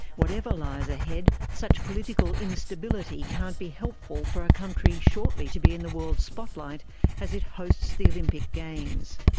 whatever lies ahead, such political instability can't be helpful for a country shortly to be in the world spotlight as it hosts the olympic games.